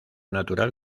natural